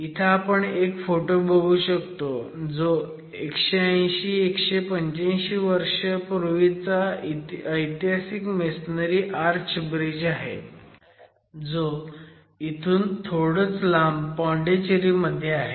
इथं आपण एक फोटो बघू शकतो जो 180 185 वर्षांपूर्वीचा ऐतिहासिक मेसनरी आर्च ब्रिज आहे जो इथून थोडंच लांब पोंडीचेरी मध्ये आहे